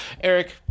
Eric